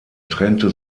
trennte